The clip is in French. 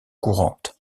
courantes